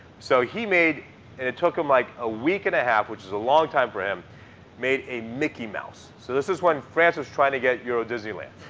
so he made and it took him like a week and a half, which is a long time for him made a mickey mouse. so this was when france was trying to get euro disneyland.